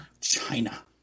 China